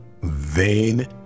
vain